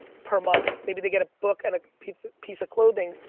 per month, maybe they get a book and a piece piece of clothing,